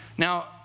Now